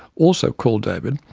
also called david,